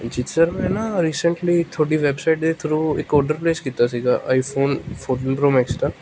ਜੀ ਸਰ ਮੈਂ ਨਾ ਰੀਸੈਂਟਲੀ ਤੁਹਾਡੀ ਵੈਬਸਾਈਟ ਦੇ ਥਰੂ ਇੱਕ ਔਡਰ ਪਲੇਸ ਕੀਤਾ ਸੀਗਾ ਆਈਫੋਨ ਫ਼ੋਰਟੀਨ ਪ੍ਰੋ ਮੈਕਸ ਦਾ